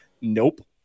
nope